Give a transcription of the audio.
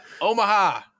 Omaha